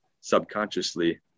subconsciously